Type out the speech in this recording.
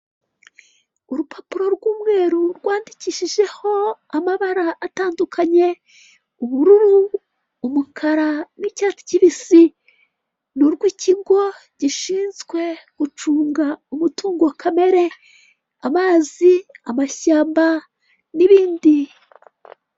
Urupapuro rw'umweru rwandikishijeho amabara atandukanye, ubururu, umukara, n'icyatsi kibisi ni urw'ikigo gishinzwe gucunga umutungo kamere, amazi, amashyamba, n'ibindi...